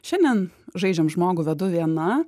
šiandien žaidžiam žmogų vedu viena